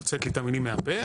הוצאת לי את המילים מהפה.